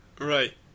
right